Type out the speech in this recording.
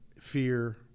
fear